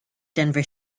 denver